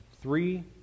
three